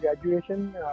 graduation